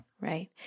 right